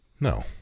No